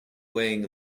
weighing